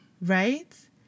Right